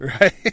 right